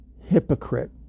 hypocrite